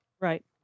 Right